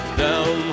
down